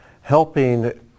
helping